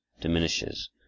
diminishes